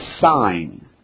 sign